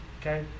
Okay